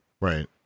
Right